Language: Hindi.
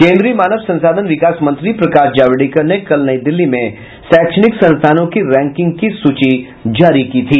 केंद्रीय मानव संसाधन विकास मंत्री प्रकाश जावडेकर ने कल नई दिल्ली में शैक्षणिक संस्थानों की रैंकिंग की सूची जारी की थी